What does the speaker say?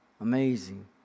Amazing